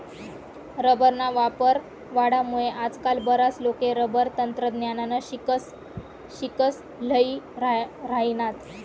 रबरना वापर वाढामुये आजकाल बराच लोके रबर तंत्रज्ञाननं शिक्सन ल्ही राहिनात